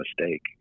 mistake